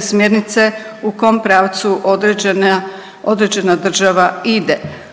smjernice u kom pravcu određena, određena država ide.